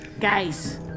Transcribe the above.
Guys